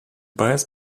best